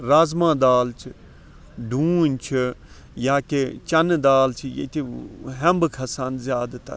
رازمہ دال چھِ ڈونۍ چھِ یا کہِ چَنہٕ دال چھِ ییٚتہ ہیٚمبہٕ کھَسان زیادٕ تَر